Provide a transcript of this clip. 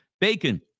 bacon